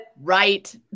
Right